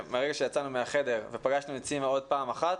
מהרגע שיצאנו מהחדר ופגשנו את סימה עוד פעם אחת,